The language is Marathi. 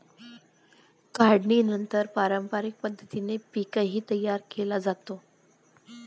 काढणीनंतर पारंपरिक पद्धतीने पीकही तयार केले जाते